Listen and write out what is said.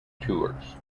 tours